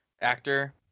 actor